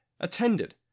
attended